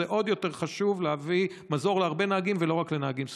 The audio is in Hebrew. זה עוד יותר חשוב להביא מזור להרבה נהגים ולא רק לנהגים ספורים.